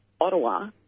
Ottawa